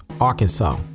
Arkansas